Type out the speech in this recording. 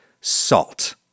salt